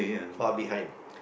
far behind